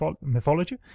mythology